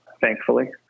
thankfully